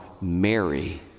Mary